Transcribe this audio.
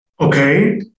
Okay